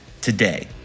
today